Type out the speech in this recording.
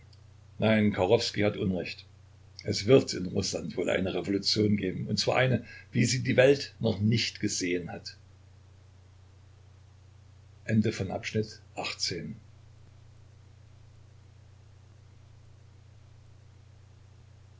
nein kachowskij hat unrecht es wird in rußland wohl eine revolution geben und zwar eine wie sie die welt noch nicht gesehen hat